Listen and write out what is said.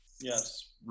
yes